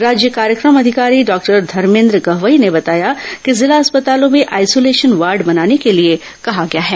राज्य कार्यक्रम अधिकारी डॉक्टर धर्मेन्द्र गहवई ने बताया कि जिला अस्पतालों में आईसोलेशन वार्ड बनाने के लिए कहा गया है